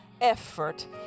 effort